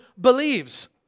believes